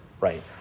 right